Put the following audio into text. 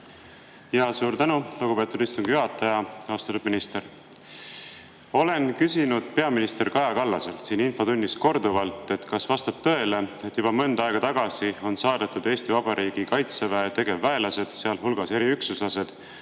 Suur tänu, lugupeetud istungi juhataja! Austatud minister! Olen küsinud peaminister Kaja Kallaselt siin infotunnis korduvalt, kas vastab tõele, et juba mõnda aega tagasi on saadetud Eesti Vabariigi Kaitseväe tegevväelased, sealhulgas eriüksuslased,